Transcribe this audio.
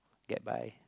get by